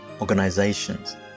organizations